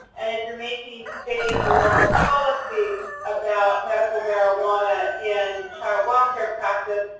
and if you're making state or local policy about medical marijuana in child welfare practice,